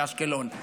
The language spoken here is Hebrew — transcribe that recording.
באשקלון,